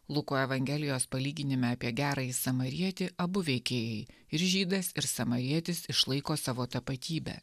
luko evangelijos palyginime apie gerąjį samarietį abu veikėjai ir žydas ir samarietis išlaiko savo tapatybę